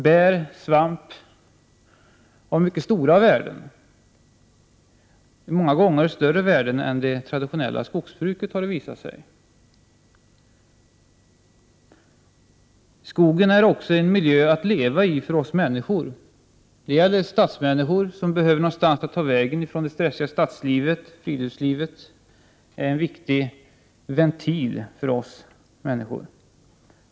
Bär och svampar har mycket stora värden, många gånger större värden än det traditionella skogsbruket. Skogen är en miljö att leva i för oss människor. Stadsmänniskor behöver någonstans att ta vägen från det stressiga stadslivet. Friluftslivet är en viktig ventil för oss.